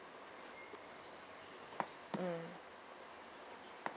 mm